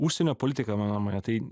užsienio politika mano nuomone tai